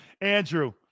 Andrew